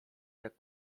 jak